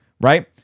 Right